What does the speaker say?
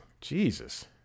Jesus